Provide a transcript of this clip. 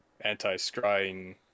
anti-scrying